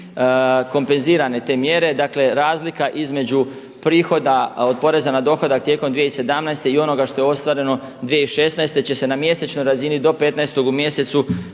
kompenzirane te mjere. Dakle razlika između prihoda od poreza na dohodak tijekom 2017. i onoga što je ostvareno 2016. će se na mjesečnoj razini do 15. u mjesecu